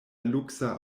luksa